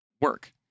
work